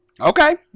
Okay